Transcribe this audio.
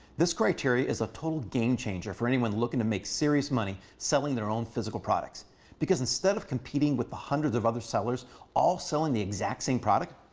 this criteria is a total game changer for anyone looking to make serious money selling their own physical products because instead of competing with the hundreds of other sellers all selling the exact same product,